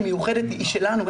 היא מיוחדת והיא שלנו,